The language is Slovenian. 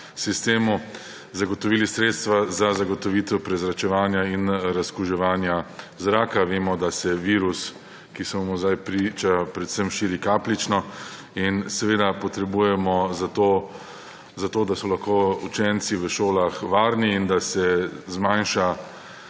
sistemu zagotovili sredstva za zagotovitevprezračevanja in razkuževanja zraka. Vem, da se virus, ki smo mu sedaj priča, širi predvsem kapljično in potrebujemo, da so lahko učenci v šolah varni in da se zmanjša